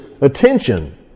attention